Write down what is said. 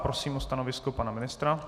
Prosím o stanovisko pana ministra.